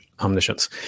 omniscience